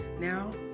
Now